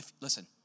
Listen